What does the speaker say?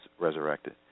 resurrected